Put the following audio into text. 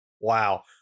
Wow